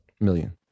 million